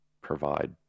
provide